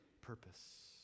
purpose